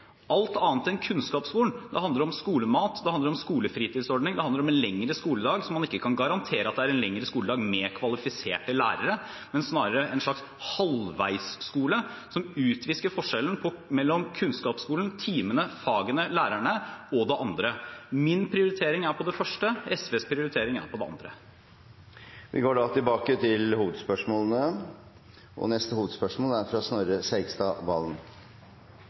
alt annet enn kunnskapsskolen. Det handler om skolemat, det handler om skolefritidsordning, det handler om en lengre skoledag, der man ikke kan garantere en lengre skoledag med kvalifiserte lærere, men snarere en slags halvveisskole som utvisker forskjellen mellom kunnskapsskolen – timene, fagene, lærerne – og det andre. Min prioritering er på det første, SVs prioritering er på det andre. Vi går til neste hovedspørsmål. Mitt spørsmål er til finansministeren. Hvorfor mener regjeringen det er